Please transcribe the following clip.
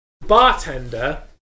bartender